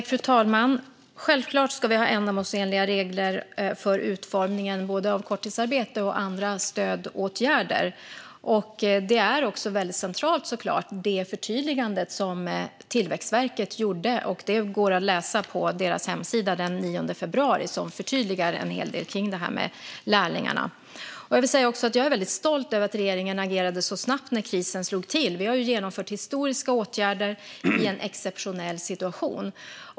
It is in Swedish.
Fru talman! Självklart ska vi ha ändamålsenliga regler för utformningen av både korttidsarbete och andra stödåtgärder. Det förtydligande som Tillväxtverket gjorde den 9 februari är såklart också väldigt centralt, och det går att läsa på deras hemsida. Det förtydligar en hel del när det gäller detta med lärlingarna. Jag vill också säga att jag är väldigt stolt över att regeringen agerade så snabbt när krisen slog till. Vi har ju genomfört historiska åtgärder i en exceptionell situation.